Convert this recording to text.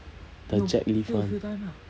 the jack lift [one]